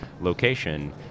location